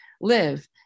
live